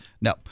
no